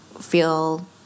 feel